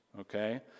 okay